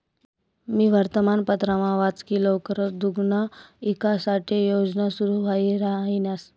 मी वर्तमानपत्रमा वाच की लवकरच दुग्धना ईकास साठे योजना सुरू व्हाई राहिन्यात